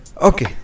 Okay